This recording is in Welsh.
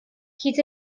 hyd